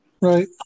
right